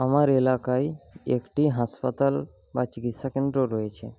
আমার এলাকায় একটি হাসপাতাল বা চিকিৎসাকেন্দ্র রয়েছে